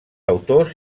autors